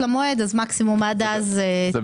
כיסוי יתרת ההפרש לא אישרה ועדת הכספים של הכנסת את התכנית